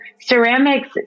ceramics